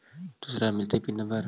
दुसरे मिलतै pin number?